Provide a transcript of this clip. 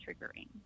triggering